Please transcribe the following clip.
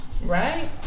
right